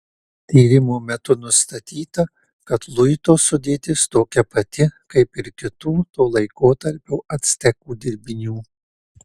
tyrimo metu nustatyta kad luito sudėtis tokia pati kaip ir kitų to laikotarpio actekų dirbinių